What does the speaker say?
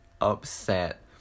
Upset